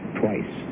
twice